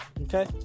okay